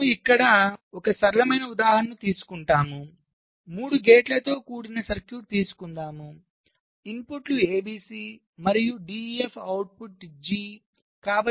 మనము ఇక్కడ ఒక సరళమైన ఉదాహరణను తీసుకుంటాము 3 గేట్లతో కూడిన సర్క్యూట్ తీసుకుందాం ఇన్పుట్లు ABC మరియు DEF అవుట్పుట్ G